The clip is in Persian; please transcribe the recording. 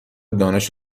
دانش